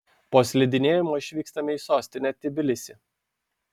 po slidinėjimo išvykstame į sostinę tbilisį